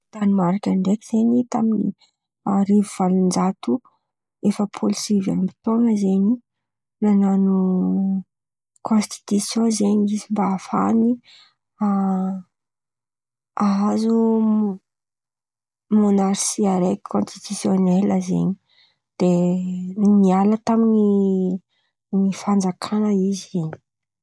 Danemarka ndraiky zen̈y tamy arivo valonjato efapolo sivy amby tôno zen̈y no nanôlo konstitisiô zen̈y izy mba ahafahany nahazo monarsiasia konstitisionely zen̈y reo. De niala taminy fanjakana izy zey.